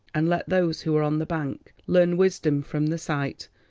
and let those who are on the bank learn wisdom from the sight,